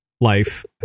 life